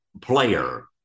player